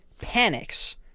panics